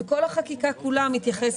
וכל החוק,